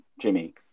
Jimmy